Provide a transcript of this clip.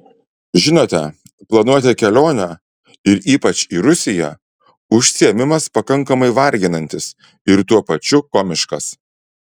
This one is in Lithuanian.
žinote planuoti kelionę ir ypač į rusiją užsiėmimas pakankamai varginantis ir tuo pačiu komiškas